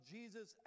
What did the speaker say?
Jesus